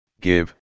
give